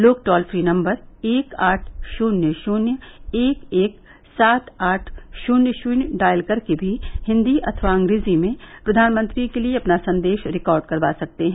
लोग toll free number एक आठ शून्य शून्य एक एक सात आठ शून्य शून्य डायल करके भी हिन्दी अथवा अंग्रेजी में प्रधानमंत्री के लिए अपना संदेश रिकार्ड करवा सकते हैं